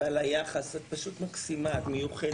ועל היחס, את פשוט מקסימה, את מיוחדת.